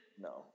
no